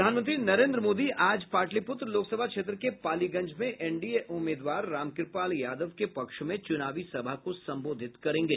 प्रधानमंत्री नरेन्द्र मोदी आज पाटलिपुत्र लोकसभा क्षेत्र के पालीगंज में एनडीए उम्मीदवार रामकृपाल यादव के पक्ष में चुनावी सभा को संबोधित करेंगे